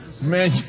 Man